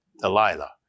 Delilah